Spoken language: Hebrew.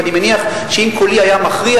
ואני מניח שאם קולי היה מכריע,